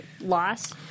loss